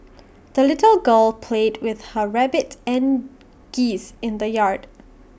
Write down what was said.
the little girl played with her rabbit and geese in the yard